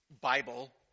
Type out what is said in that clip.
Bible